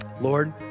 Lord